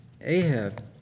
Ahab